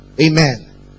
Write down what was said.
Amen